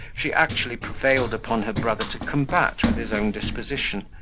she actually prevailed upon her brother to combat with his own disposition,